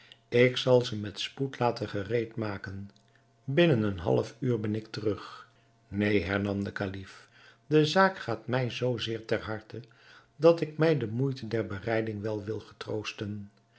ik zal ze met spoed laten gereed maken binnen een half uur ben ik terug neen hernam de kalif de zaak gaat mij zoo zeer ter harte dat ik mij de moeite der bereiding wel wil getroosten